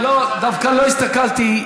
דווקא לא הסתכלתי,